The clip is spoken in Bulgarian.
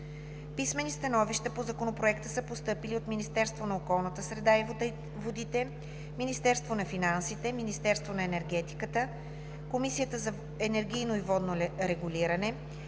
Писмени становища по Законопроекта са постъпили от Министерството на околната среда и водите, Министерството на финансите, Министерството на енергетиката, Комисията за енергийно и водно регулиране,